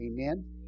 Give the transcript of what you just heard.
amen